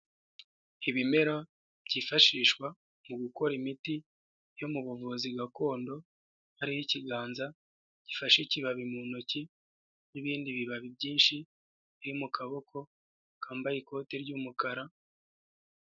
Ibimera byifashishwa mu gukora imiti yo mu buvuzi gakondo hariho ikiganza gifashe ikibabi mu ntoki n'ibindi bibabi byinshi biri mu kaboko kambaye ikoti ry'umukara.